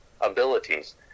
abilities